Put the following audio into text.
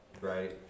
Right